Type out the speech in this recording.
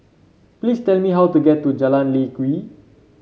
please tell me how to get to Jalan Lye Kwee